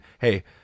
hey